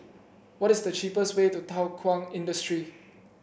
what is the cheapest way to Thow Kwang Industry